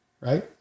right